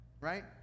right